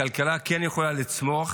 הכלכלה כן יכולה לצמוח